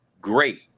great